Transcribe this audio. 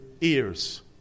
ears